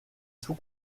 sous